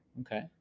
Okay